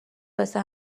واسه